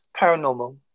Paranormal